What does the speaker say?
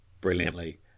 brilliantly